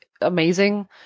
amazing